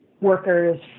workers